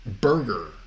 burger